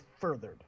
furthered